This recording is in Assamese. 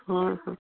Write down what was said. হয় হয়